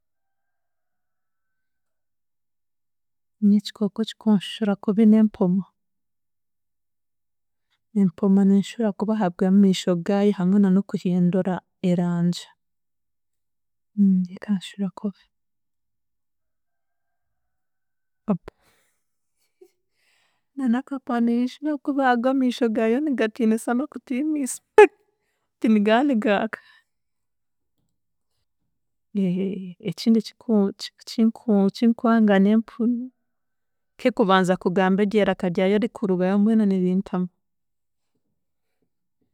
Nyowe ekikooko ekikunshira kubi n'empoma, empoma n'enshira kubi ahabw'amiisho gaayo hamwe na n'okuhindura erangi, ekanshwira kubi, kapa na kapa n'enshira kubi ahabw'amiisho gaayo nigatiinisa n'okutiinisa anti niga nigaaka, ekindi ekiku eki- ekinku ekinkwaga n'empunu ke kubanza kugamba eryiraka ryayo erikurugayo mbwenu nirintama.